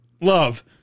love